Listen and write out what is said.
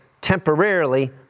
temporarily